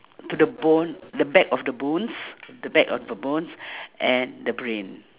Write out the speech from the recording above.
to the bone the back of the bones the back of the bones and the brain